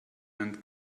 and